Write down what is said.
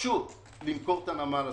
פשוט למכור את הנמל הזה.